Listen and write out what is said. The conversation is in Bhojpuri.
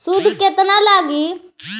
सूद केतना लागी?